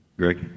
Greg